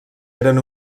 eren